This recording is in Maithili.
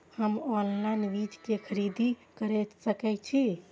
हम ऑनलाइन बीज के खरीदी केर सके छी?